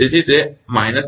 તેથી તે −0